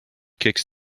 kicks